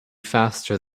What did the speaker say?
faster